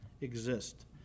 exist